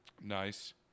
Nice